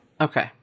Okay